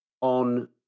on